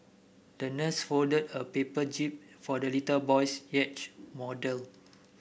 the nurse folded a paper jib for the little boy's yacht model